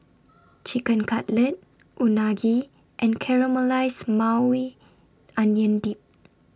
Chicken Cutlet Unagi and Caramelized Maui Onion Dip